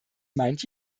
meint